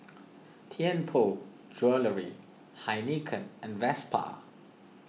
Tianpo Jewellery Heinekein and Vespa